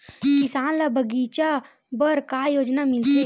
किसान ल बगीचा बर का योजना मिलथे?